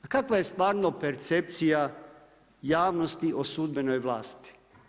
A kakva je stvarno percepcija javnosti o sudbenoj vlasti?